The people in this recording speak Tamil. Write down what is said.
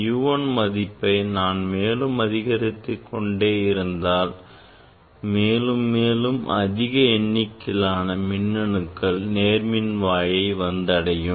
U 1 மதிப்பை நான் மேலும் அதிகரித்து கொண்டிருந்தால் மேலும் மேலும் அதிக எண்ணிக்கையிலான மின் அணுக்கள் எதிர்மின்வாயை வந்தடையும்